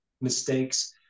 mistakes